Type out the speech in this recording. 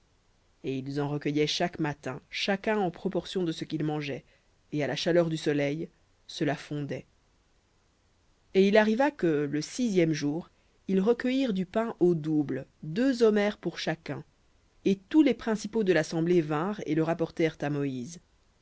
et ils en recueillaient chaque matin chacun en proportion de ce qu'il mangeait et à la chaleur du soleil cela fondait et il arriva que le sixième jour ils recueillirent du pain au double deux omers pour chacun et tous les principaux de l'assemblée vinrent et le rapportèrent à moïse